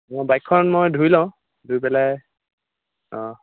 মোৰ বাইকখন মই ধুই লওঁ ধুই পেলাই অঁ